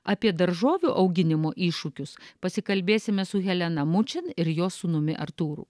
apie daržovių auginimo iššūkius pasikalbėsime su helena mučin ir jos sūnumi artūru